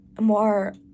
more